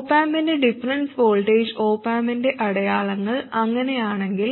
op ആമ്പിന്റെ difference voltage op ആമ്പിന്റെ അടയാളങ്ങൾ അങ്ങനെയാണെങ്കിൽ